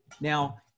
Now